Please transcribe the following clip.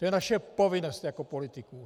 To je naše povinnost jako politiků.